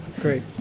Great